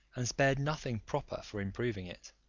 and spared nothing proper for improving it.